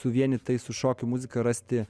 suvienyt tai su šokių muzika rasti